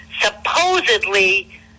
supposedly